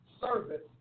service